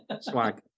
Swag